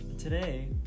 Today